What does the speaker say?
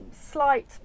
slight